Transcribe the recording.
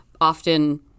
often